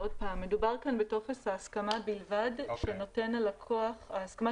מדובר כאן רק בטופס ההסכמה שנותן הלקוח